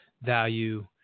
Value